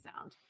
sound